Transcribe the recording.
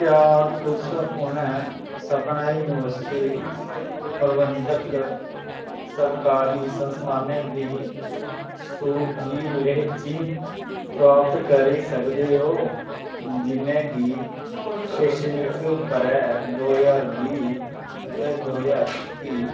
क्या तुस उ'नें सभनें युनिवर्सिटी प्रबंधक सरकारी संस्थानें दी सूची प्राप्त करी सकदे ओ जि'नें गी सशोधित ब'रे दो ज्हार बीह् ते दो ज्हार इक्की